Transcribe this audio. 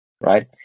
Right